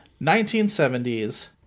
1970s